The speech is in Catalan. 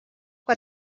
que